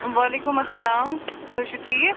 وعلیکُم اسلام تُہۍ چھُو ٹھیٖک